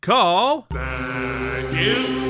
Call